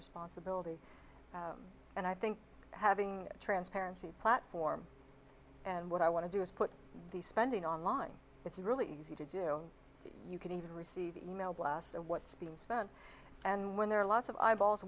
responsibility and i think having transparency platform and what i want to do is put these spending online it's really easy to do you can even receive e mail blast of what's being spent and when there are lots of eyeballs